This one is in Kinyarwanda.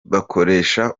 bakoresha